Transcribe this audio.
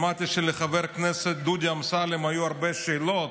שמעתי שלחבר כנסת דודי אמסלם היו הרבה שאלות.